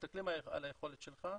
אלא מסתכלים על היכולת שלך.